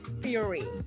Fury